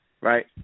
right